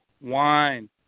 wine